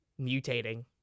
mutating